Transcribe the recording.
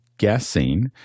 guessing